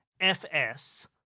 FS